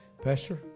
Pastor